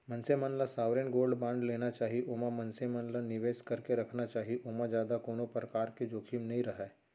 मनसे मन ल सॉवरेन गोल्ड बांड लेना चाही ओमा मनसे मन ल निवेस करके रखना चाही ओमा जादा कोनो परकार के जोखिम नइ रहय